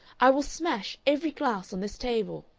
i will smash every glass on this table.